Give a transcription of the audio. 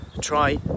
Try